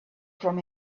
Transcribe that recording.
from